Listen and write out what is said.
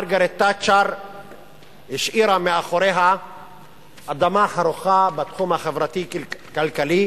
מרגרט תאצ'ר השאירה אחריה אדמה חרוכה בתחום החברתי-כלכלי: